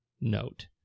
note